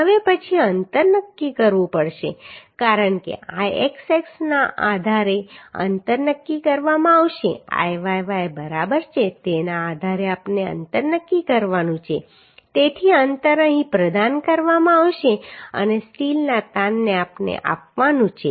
હવે પછી અંતર નક્કી કરવું પડશે કારણ કે Ixx ના આધારે અંતર નક્કી કરવામાં આવશે Iyy બરાબર છે તેના આધારે આપણે અંતર નક્કી કરવાનું છે તેથી અંતર અહીં પ્રદાન કરવામાં આવશે અને સ્ટીલના તાણને આપણે આપવાનું છે